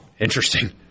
Interesting